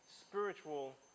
spiritual